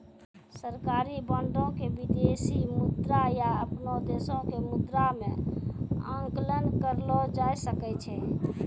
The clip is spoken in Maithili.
सरकारी बांडो के विदेशी मुद्रा या अपनो देशो के मुद्रा मे आंकलन करलो जाय सकै छै